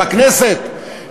בכנסת,